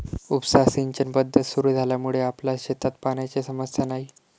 उपसा सिंचन पद्धत सुरु झाल्यामुळे आपल्या शेतात पाण्याची समस्या नाही